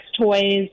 toys